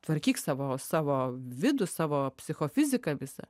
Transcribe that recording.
tvarkyk savo savo vidų savo psichofiziką visą